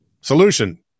Solution